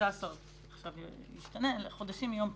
15 חודשים עכשיו זה ישתנה מיום פרסומו.